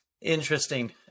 Interesting